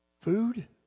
food